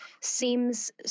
seems